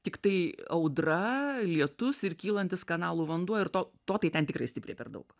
tiktai audra lietus ir kylantis kanalų vanduo ir to to tai ten tikrai stipriai per daug